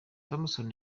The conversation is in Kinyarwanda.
thompson